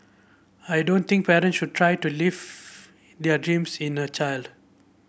I don't think parents should try to live their dreams in a child